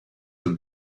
the